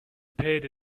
appeared